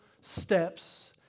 steps